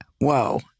whoa